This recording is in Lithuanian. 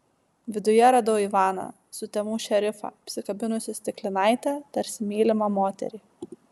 viduje radau ivaną sutemų šerifą apsikabinusį stiklinaitę tarsi mylimą moterį